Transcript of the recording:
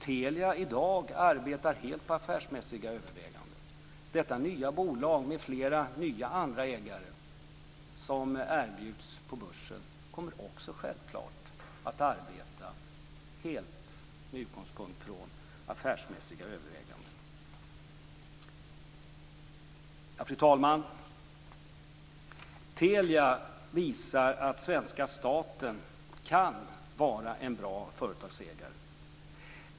Telia arbetar i dag helt efter affärsmässiga överväganden. Detta nya bolag, med flera nya ägare, som erbjuds på börsen, kommer självklart att arbeta helt med utgångspunkt i affärsmässiga överväganden. Fru talman! Telia visar att svenska staten kan vara en bra företagsägare.